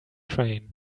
train